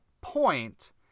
point